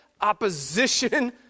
opposition